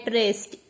rest